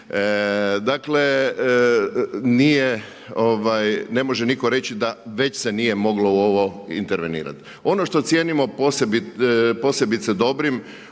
Dakle, ne može nitko reći da već se nije moglo u ovo intervenirati. Ono što cijenimo posebice dobrim